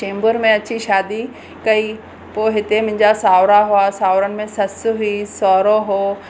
चेंबूर में अची शादी कई पो हिते मुंहिंजा साउरा हुआ साउरनि में ससु हुई सहुरो हुओ